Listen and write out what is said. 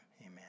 amen